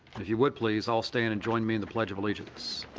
if you would please all stand and join me in the pledge of allegiance.